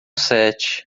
sete